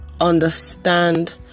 understand